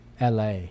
la